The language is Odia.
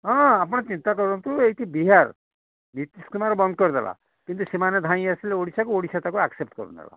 ହଁ ଆପଣ ଚିନ୍ତା କରନ୍ତୁ ଏଇଠି ବିହାର ନିତିଶ କୁମାର ବନ୍ଦ କରିଦେଲା କିନ୍ତୁ ସେମାନେ ଧାଇଁ ଆସିଲେ ଓଡ଼ିଶାକୁ ଓଡ଼ିଶା ତାକୁ ଆକ୍ସେପ୍ଟ କରିନେଲା